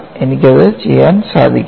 എനിക്കത് ചെയ്യാന് സാധിക്കില്ല